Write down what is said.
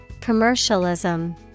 Commercialism